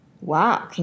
Wow